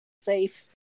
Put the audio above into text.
safe